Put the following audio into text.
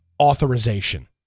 authorization